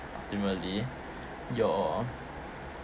ultimately your